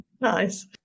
Nice